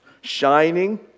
shining